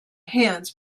hands